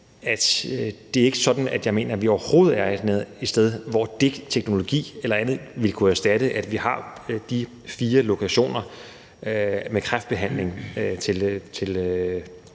ikke er sådan, at jeg mener, at vi er et sted, hvor en teknologi eller andet ville kunne erstatte, at vi har de fire lokationer med kræftbehandling til børn og